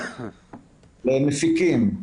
למפיקים,